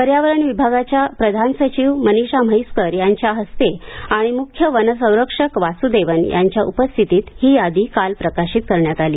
पर्यावरण विभागाच्या प्रधान सचिव मनिषा म्हैसकर यांच्या हस्ते आणि मुख्य वन संरक्षक वासुदेवन यांच्या उपस्थितीत ही यादी काल प्रकशित करण्यात आली